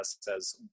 says